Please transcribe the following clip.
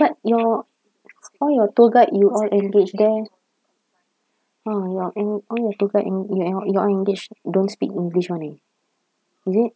but your all your tour guide you all engage there ha your en~ all your tour guide en~ your you all engage don't speak english [one] eh is it